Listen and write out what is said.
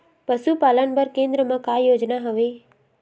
पशुपालन बर केन्द्र म का योजना हवे?